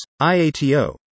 IATO